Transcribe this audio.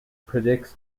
predicts